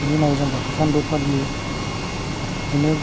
बिनि उनाव जों बाथौ सानबो फालियो जोंनो